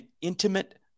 intimate